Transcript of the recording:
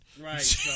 Right